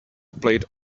played